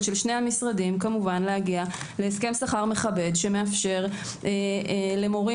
של שני המשרדים להגיע להסכם שכר מכבד שמאפשר למורים